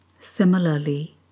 Similarly